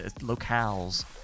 locales